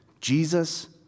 Jesus